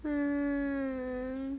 um